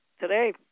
today